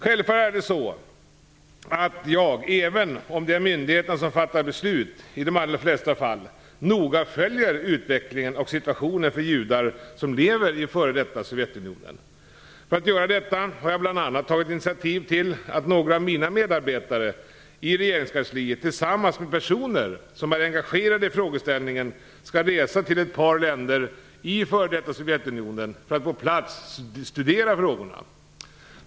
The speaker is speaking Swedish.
Självfallet är det så att jag, även om det är myndigheterna som fattar beslut i de allra flesta fall, noga följer utvecklingen och situationen för judar som lever i f.d. Sovjetunionen. För att göra detta har jag bl.a. tagit initiativ till att några av mina medarbetare i regeringskansliet tillsammans med personer som är engagerade i frågeställningen skall resa till ett par länder i f.d. Sovjetunionen för att på plats studera frågorna.